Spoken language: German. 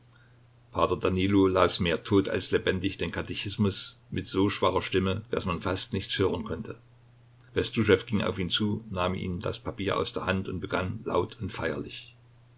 danilo las mehr tot als lebendig den katechismus mit so schwacher stimme daß man fast nichts hören konnte brestuschew ging auf ihn zu nahm ihm das papier aus der hand und begann laut und feierlich